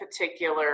particular